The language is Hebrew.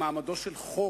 למעמדו של חוק,